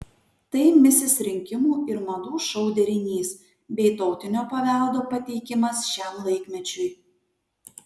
tai misis rinkimų ir madų šou derinys bei tautinio paveldo pateikimas šiam laikmečiui